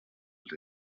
els